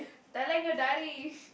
telling your daddy